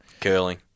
Curling